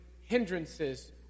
hindrances